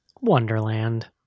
Wonderland